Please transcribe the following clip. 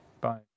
Bye